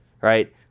right